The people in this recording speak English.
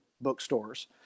bookstores